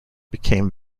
became